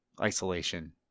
isolation